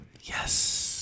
Yes